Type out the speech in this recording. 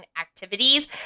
activities